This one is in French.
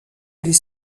les